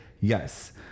Yes